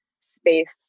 space